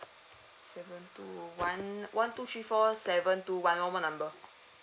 seven two O one one two three four seven two one O one number